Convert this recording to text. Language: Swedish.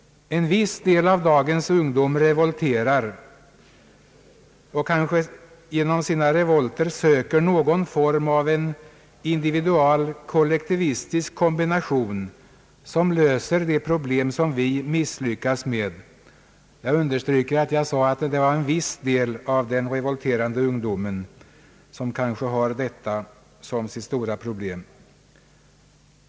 En viss del av dagens ungdom som revolterar kanske söker någon form av individual-kollektivistisk kombination som löser de problem som vi misslyckats med.